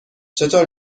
چطور